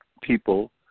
people